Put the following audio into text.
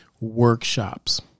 workshops